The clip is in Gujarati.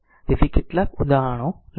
તેથી કેટલાક ઉદાહરણ લેશે